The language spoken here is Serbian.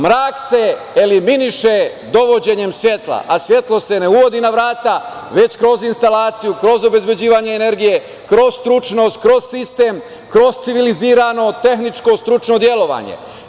Mrak se eliminiše dovođenjem svetla, a svetlo se ne uvodi na vrata već kroz instalaciju, kroz obezbeđivanje energije, kroz stručnost, kroz sistem, kroz civilizirano tehničko stručno delovanje.